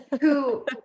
who-